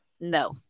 no